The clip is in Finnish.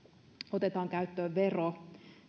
otetaan käyttöön vero